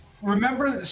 Remember